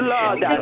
Lord